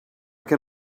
can